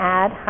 add